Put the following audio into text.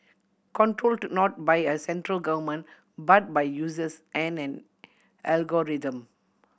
controlled not by a central government but by users and an algorithm